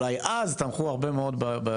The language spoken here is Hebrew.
אולי אז תמכו הרבה בזה,